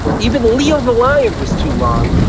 even leo the lion was too long.